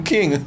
King